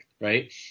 Right